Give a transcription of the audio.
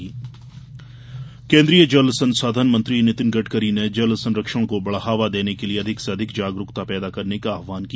जल संरक्षण जागरूकता जल संसाधन मंत्री नितिन गडकरी ने जल संरक्षण को बढ़ावा देने के लिए अधिक से अधिक जागरूकता पैदा करने का आह्वान किया